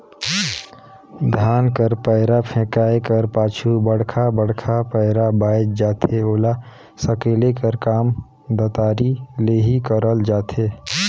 धान कर पैरा फेकाए कर पाछू बड़खा बड़खा पैरा बाएच जाथे ओला सकेले कर काम दँतारी ले ही करल जाथे